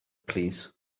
plîs